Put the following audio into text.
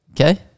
Okay